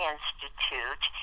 Institute